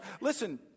listen